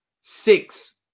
six